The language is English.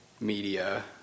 media